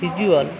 visual